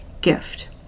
gift